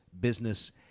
business